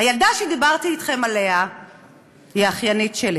הילדה שדיברתי אתכם עליה היא האחיינית שלי,